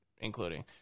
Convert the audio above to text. including